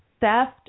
theft